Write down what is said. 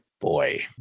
Boy